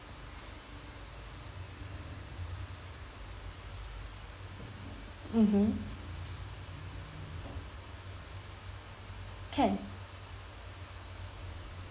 mmhmm can